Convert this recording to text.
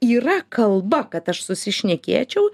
yra kalba kad aš susišnekėčiau